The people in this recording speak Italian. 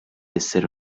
essere